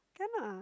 can lah